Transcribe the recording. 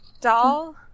Doll